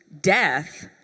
death